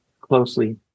closely